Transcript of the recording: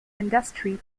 industry